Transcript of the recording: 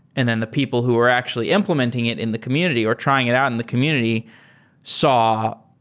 and then the people who are actually implementing it in the community or trying it out in the community saw,